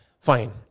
Fine